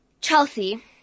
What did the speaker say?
Chelsea